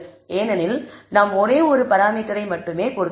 ஏனெனில் நாம் ஒரே ஒரு பராமீட்டரை மட்டுமே பொருத்துகிறோம்